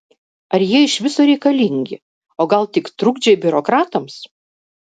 ar jie iš viso reikalingi o gal tik trukdžiai biurokratams